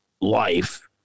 life